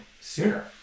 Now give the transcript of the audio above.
sooner